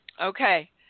Okay